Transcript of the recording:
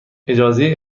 اجازه